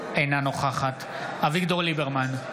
אינה נוכחת אביגדור ליברמן,